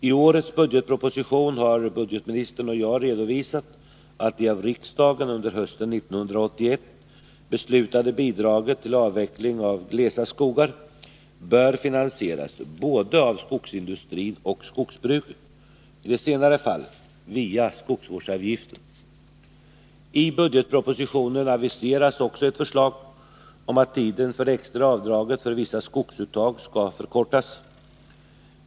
I årets budgetproposition har budgetministern och jag redovisat att det av riksdagen under hösten 1981 beslutade bidraget till avveckling av glesa skogar bör finansieras av både skogsindustrin och skogsbruket, i det senare fallet via skogsvårdsavgiften. I budgetpropositionen aviseras också ett förslag om att tiden för det extra avdraget för vissa skogsuttag skall förkortas.